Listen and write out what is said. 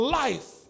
life